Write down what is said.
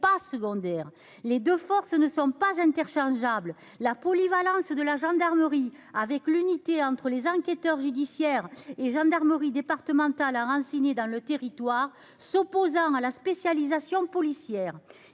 pas secondaire les deux forces ne sont pas interchangeables, la polyvalence de la gendarmerie avec l'unité entre les enquêteurs judiciaires et gendarmerie départementale enraciné dans le territoire s'opposant à la spécialisation policière,